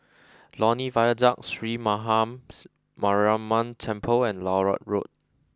Lornie Viaduct Sree Mahams Mariamman Temple and Larut Road